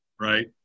right